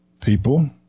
people